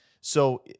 So-